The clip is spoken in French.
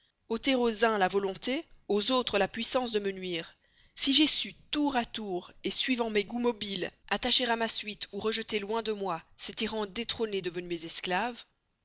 ôter aux uns la volonté de me nuire aux autres la puissance si j'ai su tour à tour suivant mes goûts mobiles attacher à ma suite ou rejeter loin de moi ces tyrans détrônés devenus mes esclaves